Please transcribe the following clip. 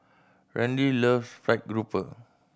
Randy loves fried grouper